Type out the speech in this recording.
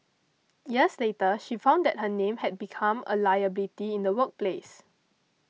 years later she found that her name had become a liability in the workplace